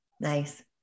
Nice